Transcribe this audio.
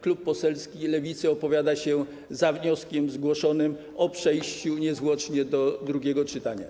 Klub poselski Lewicy opowiada się za zgłoszonym wnioskiem o przejście niezwłocznie do drugiego czytania.